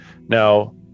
Now